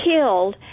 killed